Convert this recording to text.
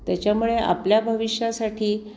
त्याच्यामुळे आपल्या भविष्यासाठी